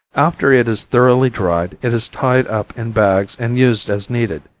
after it is thoroughly dried, it is tied up in bags and used as needed,